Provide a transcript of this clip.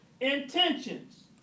intentions